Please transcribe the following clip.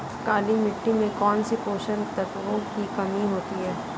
काली मिट्टी में कौनसे पोषक तत्वों की कमी होती है?